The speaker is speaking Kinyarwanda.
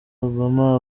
obama